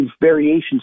variations